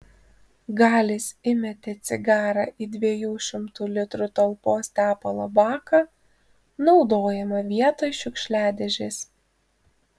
galis įmetė cigarą į dviejų šimtų litrų talpos tepalo baką naudojamą vietoj šiukšliadėžės